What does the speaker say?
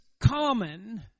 common